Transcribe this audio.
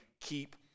keep